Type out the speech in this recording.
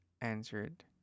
answered